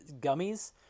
gummies